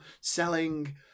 selling